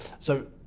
so,